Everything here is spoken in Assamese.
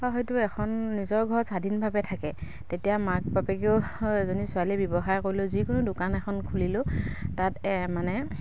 বা হয়তো এখন নিজৰ ঘৰত স্বাধীনভাৱে থাকে তেতিয়া মাক বাপেকেও এজনী ছোৱালী ব্যৱসায় কৰিলেও যিকোনো দোকান এখন খুলিলেও তাত মানে